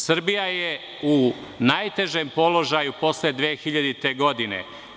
Srbija je u najtežem položaju posle 2000. godine.